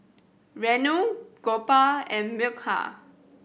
Renu Gopal and Milkha